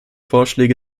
vorschläge